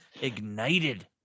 ignited